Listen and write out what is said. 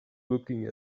looking